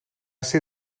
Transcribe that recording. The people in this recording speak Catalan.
ser